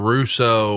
Russo